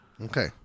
Okay